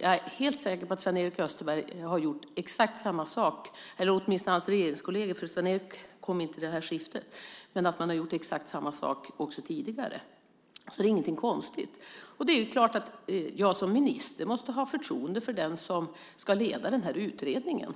Jag är helt säker på att Sven-Erik Österberg, eller hans regeringskolleger, för Sven-Erik kom inte in vid skiftet, har gjort exakt samma sak tidigare. Det är ingenting konstigt. Det är klart att jag som minister måste ha förtroende för den som ska leda denna utredning.